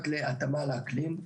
לתוכניות להתאמה לאקלים.